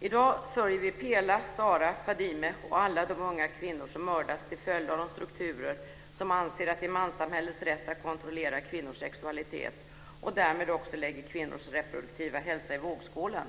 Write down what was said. I dag sörjer vi Pela, Sara, Fadime och alla de unga kvinnor som mördats till följd av de strukturer som anser att det är manssamhällets rätt att kontrollera kvinnors sexualitet och därmed också lägger kvinnors reproduktiva hälsa i vågskålen.